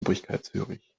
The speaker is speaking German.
obrigkeitshörig